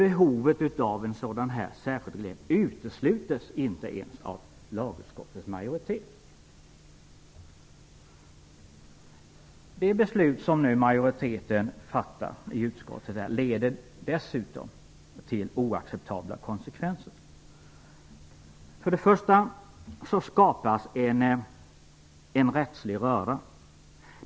Behovet av en sådan särskild reglering utesluts inte ens av lagutskottets majoritet. Ett beslut i enlighet med utskottsmajoritetens förslag skulle dessutom leda till oacceptabla konsekvenser. För det första skapas en rättslig röra.